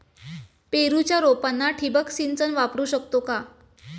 पेरूच्या रोपांना ठिबक सिंचन वापरू शकतो का?